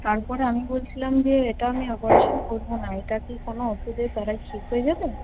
তারপরে আমি বলছিলাম যে এটা আমি অপারেশন করবো না এটা কি কোনো ওষুধের দ্বারাই ঠিক হয়ে যাবে